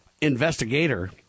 investigator